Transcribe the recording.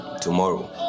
tomorrow